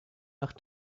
nach